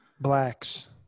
blacks